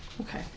Okay